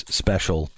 special